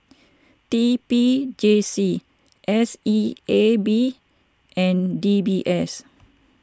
T P J C S E A B and D B S